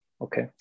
Okay